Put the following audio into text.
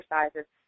exercises